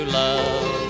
love